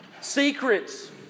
secrets